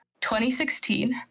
2016